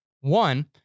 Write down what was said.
One